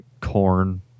Corn